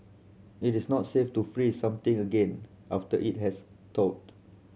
it is not safe to freeze something again after it has thawed